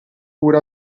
pur